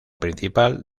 principal